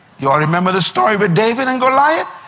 yall remember the story with david and goliath?